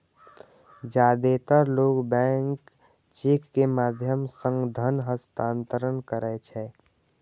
जादेतर लोग bank cheque के माध्यम सं धन हस्तांतरण करै छै